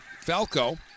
Falco